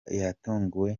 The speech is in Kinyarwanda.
yatunguwe